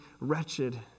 wretched